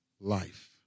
life